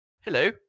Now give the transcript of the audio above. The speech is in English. hello